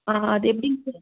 ஆ அது எப்படிங்க சார்